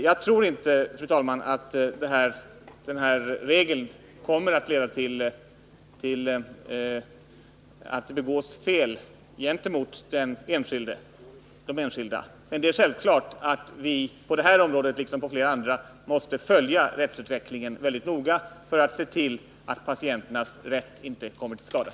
Jag tror inte, fru talman, att den här regeln kommer att leda till att det begås fel gentemot de enskilda, men det är självklart att vi på det här området liksom på flera andra måste följa rättsutvecklingen mycket noga för att se till att patienternas rätt inte eftersätts.